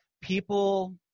People